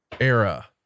era